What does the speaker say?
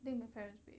think my parents pay